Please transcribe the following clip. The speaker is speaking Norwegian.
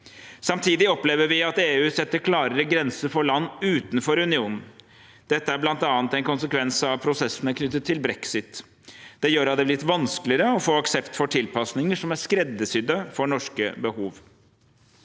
Samtidig opplever vi at EU setter klarere grenser for land utenfor unionen. Dette er bl.a. en konsekvens av prosessene knyttet til brexit. Det gjør at det er blitt vanskeligere å få aksept for tilpasninger som er skreddersydd for norske behov.